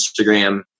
Instagram